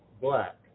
black